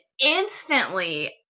instantly